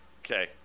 okay